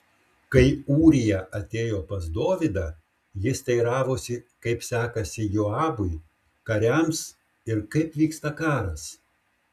kai ūrija atėjo pas dovydą jis teiravosi kaip sekasi joabui kariams ir kaip vyksta karas